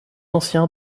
ancien